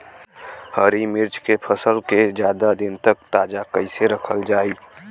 हरि मिर्च के फसल के ज्यादा दिन तक ताजा कइसे रखल जाई?